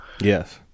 Yes